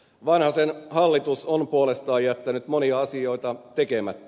vanhasen hallitus on puolestaan jättänyt monia asioita tekemättä